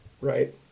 Right